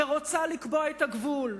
ורוצה לקבוע את הגבול,